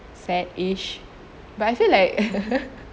sad-ish but I feel like